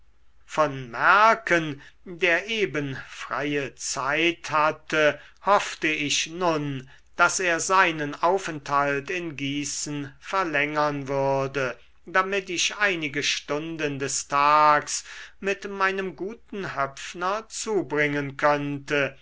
von mercken der eben freie zeit hatte hoffte ich nun daß er seinen aufenthalt in gießen verlängern würde damit ich einige stunden des tags mit meinem guten höpfner zubringen könnte